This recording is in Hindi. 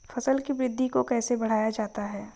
फसल की वृद्धि को कैसे बढ़ाया जाता हैं?